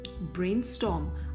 Brainstorm